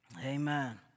Amen